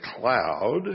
Cloud